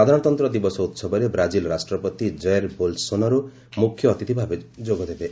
ସାଧାରଣତନ୍ତ୍ର ଦିବସ ଉହବରେ ବ୍ରାଜିଲ୍ ରାଷ୍ଟ୍ରପତି ଜୟେର୍ ବୋଲ୍ସୋନାରୋ ମୁଖ୍ୟ ଅତିଥି ଭାବେ ଯୋଗଦେବେ